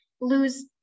lose